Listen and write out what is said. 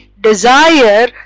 desire